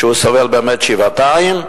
שהוא סובל באמת שבעתיים,